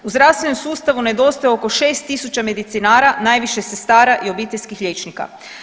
U zdravstvenom sustavu nedostaje oko 6 tisuća medicinara, najviše sestara i obiteljskih liječnika.